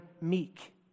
meek